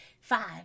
Five